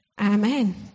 Amen